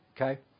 Okay